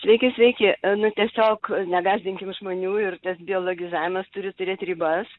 sveiki sveiki nu tiesiog negąsdinkim žmonių ir tas biologizavimas turi turėt ribas